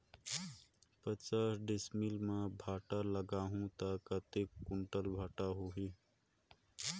पचास डिसमिल मां भांटा लगाहूं ता कतेक कुंटल भांटा होही?